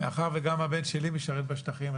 מאחר שגם הבן שלי משרת בשטחים,